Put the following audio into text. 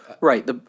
Right